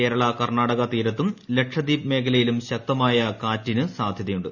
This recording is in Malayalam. കേരള കർണ്ണാടക തീരത്തും ലക്ഷദ്വീപ് മേഖലയിലും ശക്തമായ കാറ്റിന് സാധൃതയുണ്ട്